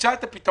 נמצא את הפתרון,